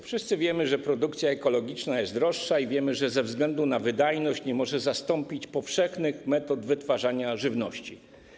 Wszyscy wiemy, że produkcja ekologiczna jest droższa, i wiemy, że ze względu na wydajność nie może zastąpić powszechnych metod wytwarzania żywności.